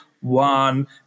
one